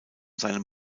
seinem